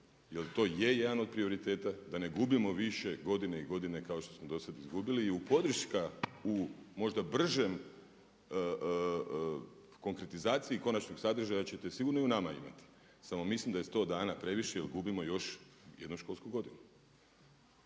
jer to je jedan od prioriteta da ne gubimo više godine i godine kao što smo do sad izgubili. I podrška u možda bržem konkretizaciji konačnog sadržaja hoćete sigurno i u nama imati. Samo mislim da je 100 dana previše, jer gubimo još jednu školsku godinu.